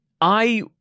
I-